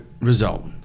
result